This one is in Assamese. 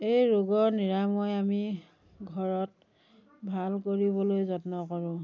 এই ৰোগৰ নিৰাময় আমি ঘৰত ভাল কৰিবলৈ যত্ন কৰোঁ